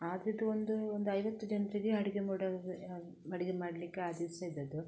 ಆದ್ರೆ ಅದು ಒಂದು ಒಂದು ಐವತ್ತು ಜನರಿಗೆ ಅಡುಗೆ ಮಾಡೋ ಅಡುಗೆ ಮಾಡ್ಲಿಕ್ಕೆ ಆ ದಿವಸ ಇದ್ದದ್ದು